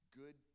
good